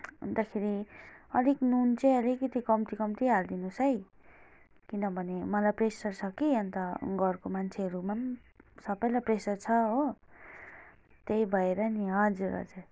अन्तखेरि अलिक नुन चाहिँ अलिकति कम्ती कम्ती हालिदिनुहोस् है किनभने मलाई प्रेसर छ कि अन्त घरको मान्छेहरूमा पनि सबैलाई प्रेसर छ हो त्यही भएर नि हजुर हजुर